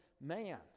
Man